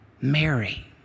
Mary